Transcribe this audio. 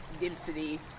density